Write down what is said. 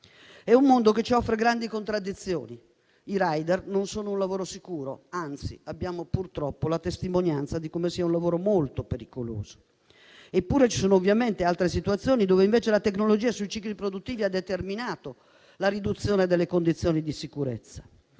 È un mondo che ci offre grandi contraddizioni. Quello dei *rider* non è un lavoro sicuro, anzi, abbiamo purtroppo la testimonianza di come sia molto pericoloso. Ci sono invece altre situazioni in cui la tecnologia sui cicli produttivi ha determinato la riduzione delle condizioni di sicurezza,